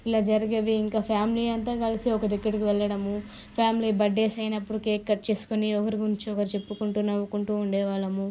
ఇలా జరిగేవి ఇంకా ఫ్యామిలీ అంతా కలిసి ఒక దగ్గరికి వెళ్లడము ఫ్యామిలీ బర్త్డేస్ అయినప్పటికీ కేకులు కట్ చేసుకుని ఒకరి గురించి ఒకరు చెప్పుకుంటూ నవ్వుకుంటూ ఉండేవాళ్ళము